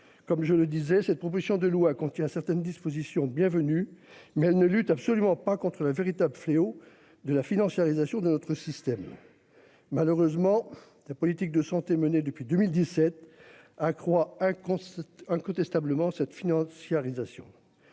comme je le disais, cette proposition de loi contient certaines dispositions bienvenue mais elle ne lutte absolument pas contre la véritables fléaux de la financiarisation de notre système. Malheureusement, la politique de santé menée depuis 2017 accroît un con c'est incontestablement cette financiarisation.